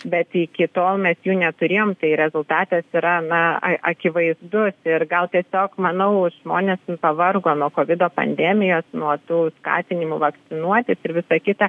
bet iki tol mes jų neturėjom tai rezultatas yra na a akivaizdus ir gal tiesiog manau žmonės pavargo nuo kovido pandemijos nuo tų skatinimų vakcinuotis ir visa kita